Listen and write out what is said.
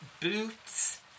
boots